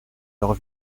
leurs